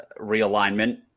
realignment